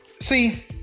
See